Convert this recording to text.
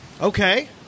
Okay